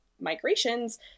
migrations